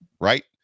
right